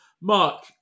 Mark